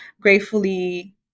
Gratefully